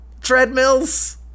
treadmills